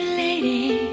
lady